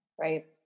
right